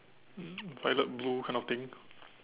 um violet blue kind of thing